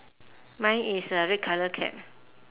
mine is red colour cap